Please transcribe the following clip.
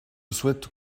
souhaite